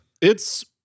It's-